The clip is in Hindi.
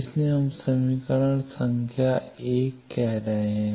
इसलिए हम इसे समीकरण संख्या 1 कह रहे हैं